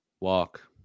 walk